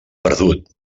perdut